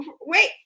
Wait